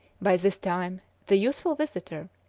by this time the youthful visitor,